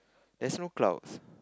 there's no clouds